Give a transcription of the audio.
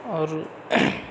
आओर